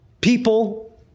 people